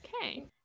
Okay